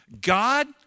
God